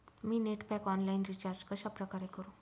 मी net pack online recharge कशाप्रकारे करु?